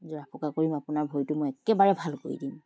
জৰা ফুকা কৰিম আপোনাৰ ভৰিটো মই একেবাৰে ভাল কৰি দিম